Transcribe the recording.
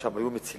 ששם היו מצילים,